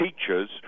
teachers